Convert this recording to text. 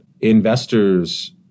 investors